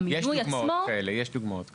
יש דוגמאות כאלה.